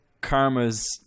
karma's